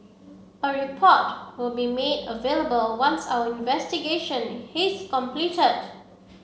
a report will be made available once our investigation his completed